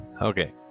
okay